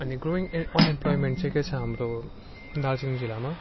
अनि growing an unemployment के हाम्रो दार्जिलिङ जिल्लामा